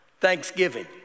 thanksgiving